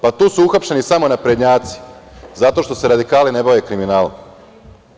Pa, tu su uhapšeni samo naprednjaci, zato što se radikali ne bave kriminalom.